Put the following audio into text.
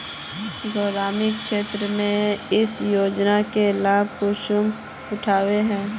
ग्रामीण क्षेत्र में इस योजना के लाभ कुंसम उठावे है?